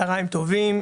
צוהריים טובים,